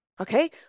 Okay